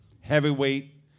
heavyweight